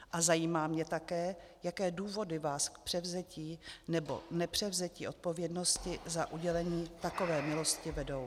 A zajímá mě také, jaké důvody vás k převzetí nebo nepřevzetí odpovědnosti za udělení takové milosti vedou.